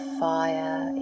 fire